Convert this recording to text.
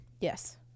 yes